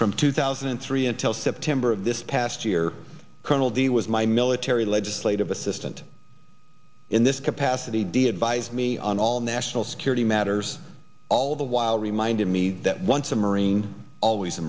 from two thousand and three until september of this past year colonel d was my military legislative assistant in this capacity d advise me on all national security matters all the while reminding me that once a marine always a